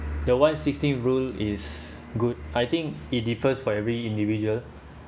the one sixteen rule is good I think it differs for every individual